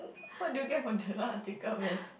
what did you get for general article man